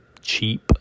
cheap